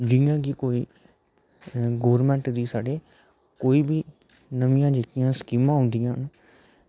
जियां कोई गौरमैंट गी साढ़े कोई बी नमियां जेह्कियां स्कीमां औंदियां न